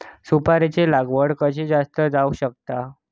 सुपारीची लागवड कशी जास्त जावक शकता?